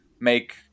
make